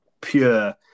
pure